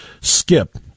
skip